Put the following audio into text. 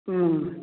ꯎꯝ